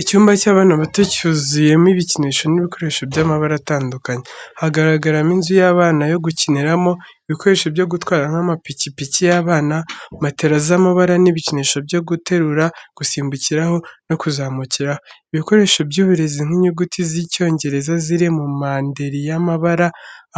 Icyumba cy’abana bato cyuzuyemo ibikinisho n’ibikoresho by’amabara atandukanye. Haragaragaramo inzu y’abana yo gukiniramo, ibikoresho byo gutwara nk’amapikipiki y’abana. Matela z’amabara n’ibikinisho byo guterura, gusimbukiraho no kuzamukiraho. Ibikoresho by’uburezi nk’inyuguti z’Icyongereza ziri ku manderi y’amabara.